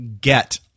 get